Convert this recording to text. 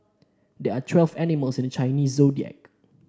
there are twelve animals in the Chinese Zodiac